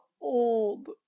old